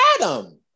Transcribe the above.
Adam